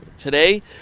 Today